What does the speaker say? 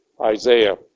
Isaiah